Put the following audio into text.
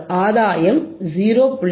ஆதாயம் 0